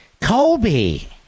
Colby